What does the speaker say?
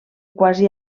quasi